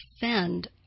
defend